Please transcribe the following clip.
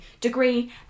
degree